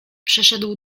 przeszedł